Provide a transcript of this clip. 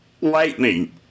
lightning